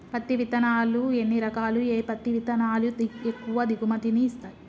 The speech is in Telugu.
పత్తి విత్తనాలు ఎన్ని రకాలు, ఏ పత్తి విత్తనాలు ఎక్కువ దిగుమతి ని ఇస్తాయి?